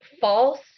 false